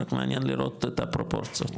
רק מעניין לראות את הפרופורציות.